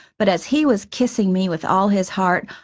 but as he was kissing me with all his heart,